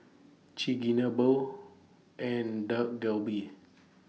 Chigenabe and Dak Galbi